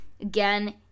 Again